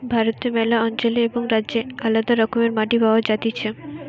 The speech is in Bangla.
ভারতে ম্যালা অঞ্চলে এবং রাজ্যে আলদা রকমের মাটি পাওয়া যাতিছে